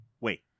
Wait